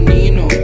Nino